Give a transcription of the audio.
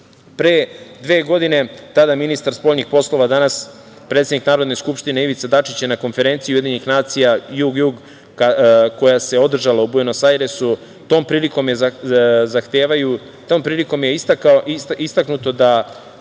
Pre dve godine tada ministar spoljnih poslova, danas predsednik Narodne skupštine, Ivica Dačić, je na konferenciji UN „Jug-jug“, koja se održala u Buenos Airesu, tom priliko je istaknuto da